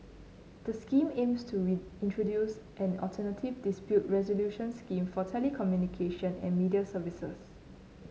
the Scheme aims to introduce an alternative dispute resolution scheme for telecommunication and media services